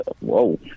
Whoa